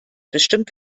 bestimmt